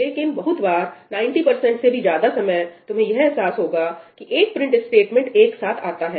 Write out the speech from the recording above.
लेकिन बहुत बार 90 से भी ज्यादा समय तुम्हें यह एहसास होगा कि एक प्रिंट स्टेटमेंट एक साथ आता है